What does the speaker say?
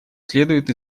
следует